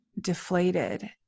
deflated